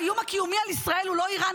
האיום הקיומי על ישראל הוא לא איראן,